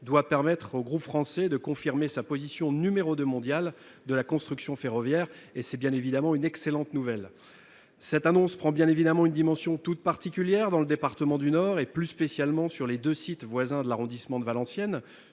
doit permettre au groupe français de confirmer sa position de numéro 2 mondial de la construction ferroviaire. C'est bien évidemment une excellente nouvelle. Cette annonce prend bien évidemment une dimension toute particulière dans le département du Nord, et plus spécialement sur les deux sites voisins de l'arrondissement de Valenciennes